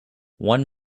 one